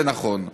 זה נכון,